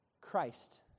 Christ